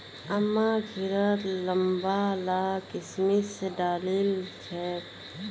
अम्मा खिरत लंबा ला किशमिश डालिल छेक